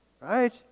Right